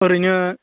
ओरैनो